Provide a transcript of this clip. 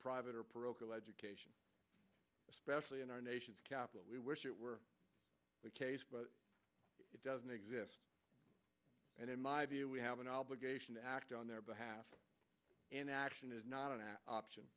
private or parochial education especially in our nation's capital we wish it were but it doesn't exist and in my view we have an obligation to act on their behalf inaction is not an option